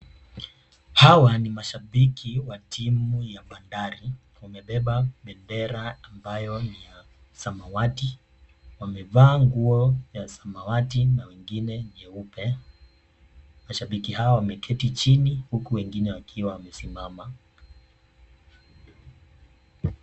Hawa ni mashabiki wa timu ya Bandari, wamebeba bendera ambayo ni ya samawati, wamevaa nguo ya samawati na wengine nyeupe. Mashabiki wao wameketi chini huku wengine wakiwa wamesimama.